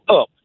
up